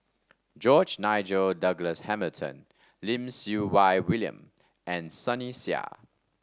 George Nigel Douglas Hamilton Lim Siew Wai William and Sunny Sia